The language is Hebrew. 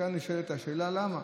כאן נשאלת השאלה למה.